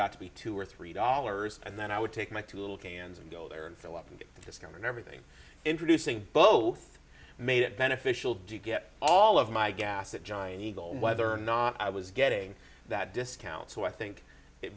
got to be two or three dollars and then i would take my two little cans and go there and fill up and just come and everything introducing both made it beneficial to get all of my gas at giant eagle whether or not i was getting that discount so i think it